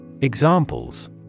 Examples